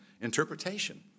interpretation